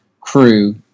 crew